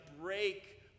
break